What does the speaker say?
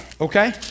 okay